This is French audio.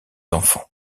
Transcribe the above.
enfants